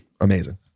amazing